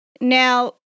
Now